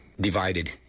divided